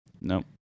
Nope